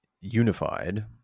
unified